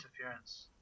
interference